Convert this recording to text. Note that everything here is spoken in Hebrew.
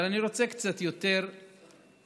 אבל אני רוצה קצת יותר לפרט.